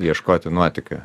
ieškoti nuotykių